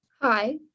Hi